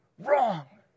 Wrong